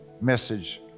message